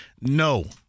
no